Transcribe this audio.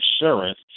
insurance